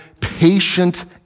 patient